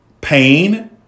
pain